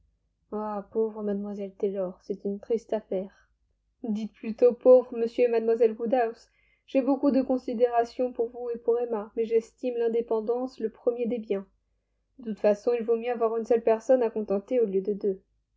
pauvre mademoiselle taylor c'est une triste affaire dites plutôt pauvres m et mlle woodhouse j'ai beaucoup de considération pour vous et pour emma mais j'estime l'indépendance le premier des biens de toute façon il vaut mieux avoir une seule personne à contenter au lieu de deux